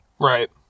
Right